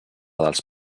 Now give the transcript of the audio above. dels